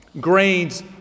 Grains